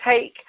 take